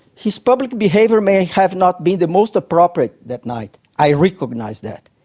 his public behaviour may have not been the most appropriate that night. i recognise that.